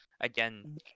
again